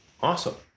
Awesome